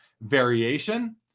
variation